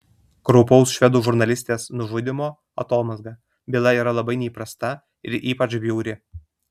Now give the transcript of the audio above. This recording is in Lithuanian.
kraupaus švedų žurnalistės nužudymo atomazga byla yra labai neįprasta ir ypač bjauri